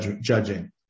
judging